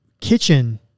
kitchen